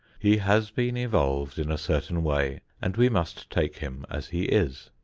he has been evolved in a certain way and we must take him as he is.